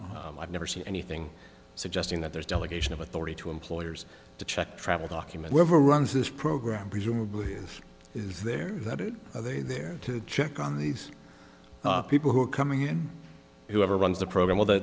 i've never seen anything suggesting that there's delegation of authority to employers to check travel document never runs this program presumably is there that they there to check on these people who are coming in whoever runs the program although